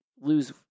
lose